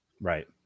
Right